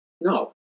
No